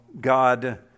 God